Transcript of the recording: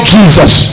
Jesus